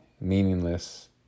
meaningless